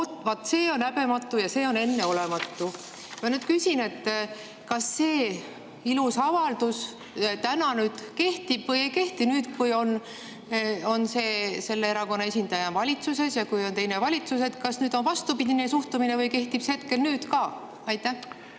see on häbematu ja see on enneolematu!" Ma nüüd küsin: kas see ilus avaldus täna kehtib või ei kehti? Nüüd, kui on selle erakonna esindaja valitsuses ja kui on teine valitsus, kas on vastupidine suhtumine või kehtib see hetkel ka? Tänan,